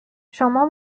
شما